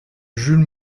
jules